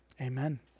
Amen